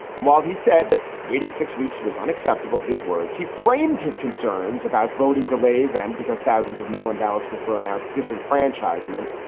and while he said that waiting six weeks was unacceptable, his words, he framed his concerns about voting delays and because thousands of mail in ballots were thrown out, disenfranchisement,